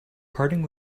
parting